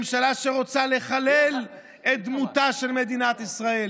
ממשלה שרוצה לחלל את דמותה של מדינת ישראל.